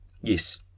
Yes